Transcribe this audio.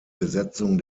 besetzung